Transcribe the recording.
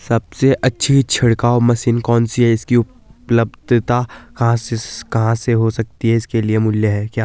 सबसे अच्छी छिड़काव मशीन कौन सी है इसकी उपलधता कहाँ हो सकती है इसके क्या मूल्य हैं?